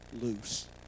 loose